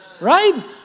Right